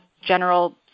general